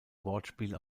wortspiel